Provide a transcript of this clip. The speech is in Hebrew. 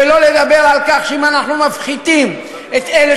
שלא לדבר על כך שאם אנחנו מפחיתים את אלה